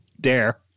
dare